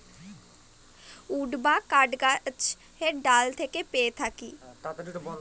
would বা কাঠ গাছের ডাল থেকে পেয়ে থাকি